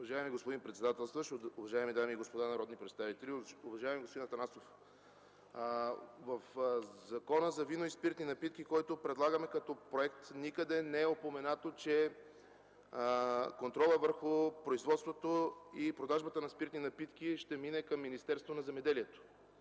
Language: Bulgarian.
Уважаеми господин председателстващ, уважаеми дами и господа народни представители! Уважаеми господин Атанасов, в Закона за виното и спиртните напитки, който предлагаме като проект, никъде не е упоменато, че контролът върху производството и продажбата на спиртни напитки ще мине към Министерството на земеделието